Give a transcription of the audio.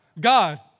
God